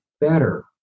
better